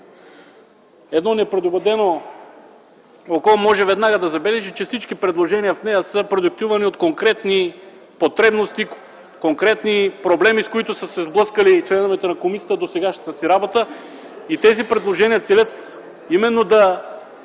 едно непредубедено око може веднага да забележи, че всички предложения в него са продиктувани от конкретни потребности, конкретни проблеми, с които са се сблъскали членовете на комисията в досегашната си работа и тези предложения целят именно да